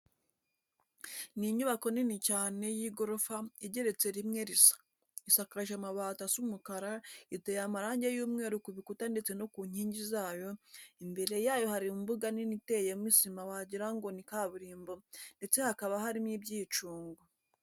Ni inyubako nini cyane y'igorofa igeretse rimwe risa, isakaje amabati asa umukara, iteye amarangi y'umweru ku bikuta ndetse no ku nkingi zayo, imbere yayo hari umbuga nini iteyemo sima wagira ngo ni kaburimbo ndetse hakaba harimo ibyicungo.